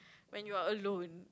when you are alone